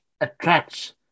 attracts